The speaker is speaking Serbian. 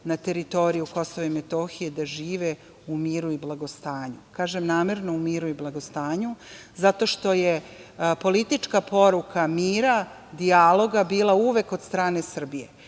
na teritoriju KiM da žive u miru i blagostanju. Kažem namerno u miru i blagostanju zato što je politička poruka mira, dijaloga bila uvek od strane Srbije.